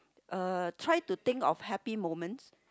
uh try to think of happy moments